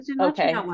Okay